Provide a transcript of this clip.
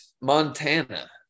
Montana